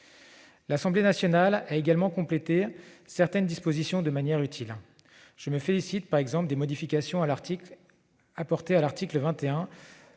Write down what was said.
L'Assemblée nationale a également complété certaines dispositions de manière utile. Je me félicite, par exemple, des modifications apportées à l'article 21